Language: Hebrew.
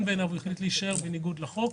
בעיניו אז הוא החליט להישאר בניגוד לחוק,